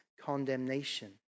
condemnation